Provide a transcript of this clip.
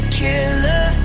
killer